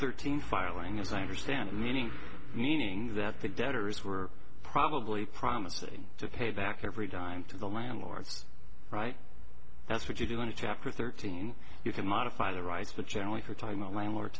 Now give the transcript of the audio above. thirteen filing as i understand meaning meaning that the debtors were probably promising to pay back every dime to the landlord's right that's what you do in a chapter thirteen you can modify the rights but generally for time